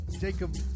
Jacob